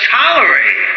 tolerate